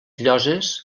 lloses